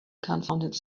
confounded